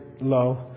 low